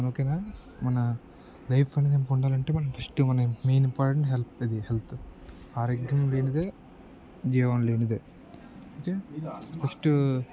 ఓకేనా మన లైఫ్ అనేది ఎక్కువ ఉండాలి అంటే మనం ఫస్ట్ మన మెయిన్ ఇంపార్టెంట్ హెల్త్ ఇది హెల్త్ ఆరోగ్యం లేనిదే జీవం లేనిదే ఓకే ఫస్ట్